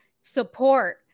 support